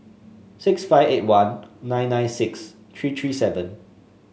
six five eight one nine nine six three three seven